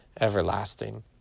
everlasting